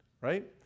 right